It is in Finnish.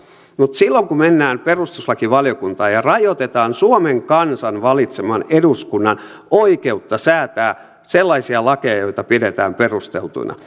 mutta silloin kun mennään perustuslakivaliokuntaan ja ja rajoitetaan suomen kansan valitseman eduskunnan oikeutta säätää sellaisia lakeja joita pidetään perusteltuina